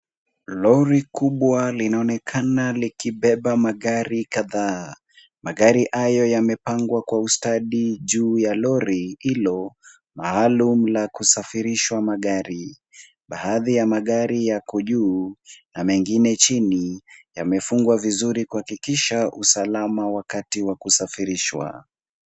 Lori kubwa linaonekana likibeba magari kadhaa. Magari hayo yamepangwa kwa ustadi juu ya lori hilo maalum la kusafirisha magari. Baadhi ya magari yako juu na mengine chini. Yamefungwa vizuri kuhakikisha usalama wakati wa kusafirishwa.